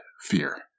fear